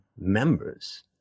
members